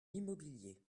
l’immobilier